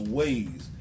ways